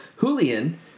Julian